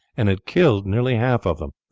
and had killed nearly half of them,